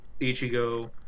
Ichigo